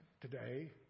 today